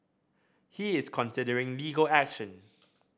he is considering legal action